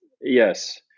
Yes